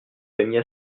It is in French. famille